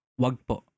Wagpo